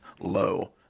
low